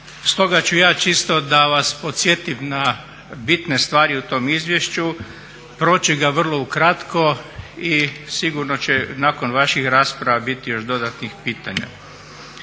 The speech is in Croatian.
Stoga ću ja čisto da vas podsjetim na bitne stvari u tom izvješću proći ga vrlo u kratko i sigurno će nakon vaših rasprava biti još dodatnih pitanja.